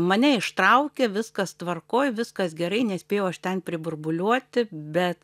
mane ištraukė viskas tvarkoj viskas gerai nespėjau aš ten priburbuliuoti bet